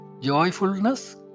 joyfulness